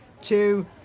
two